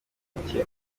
muke